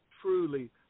truly